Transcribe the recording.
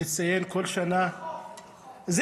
לסייר כל שנה --- החוק,